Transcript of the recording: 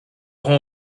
rend